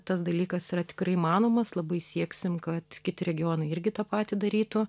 tas dalykas yra tikrai įmanomas labai sieksim kad kiti regionai irgi tą patį darytų